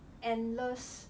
endless